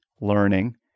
learning